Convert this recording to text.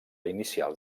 inicial